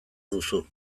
duzu